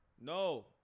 No